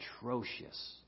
atrocious